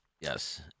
yes